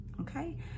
okay